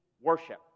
worship